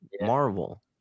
marvel